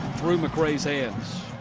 through mccray's hands.